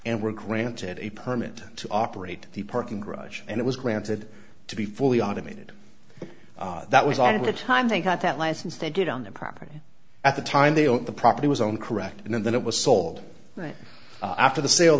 and were granted a permit to operate the parking garage and it was granted to be fully automated that was all of the time they got that license they did on their property at the time they own the property was own correct in that it was sold after the sale